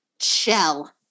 shell